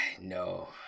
no